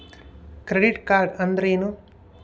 Credit card ಅಂದ್ರೇನು?